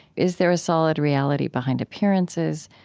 is there a solid reality behind appearances?